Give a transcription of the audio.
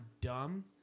dumb